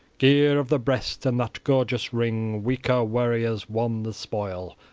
gear of the breast, and that gorgeous ring weaker warriors won the spoil,